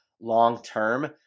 long-term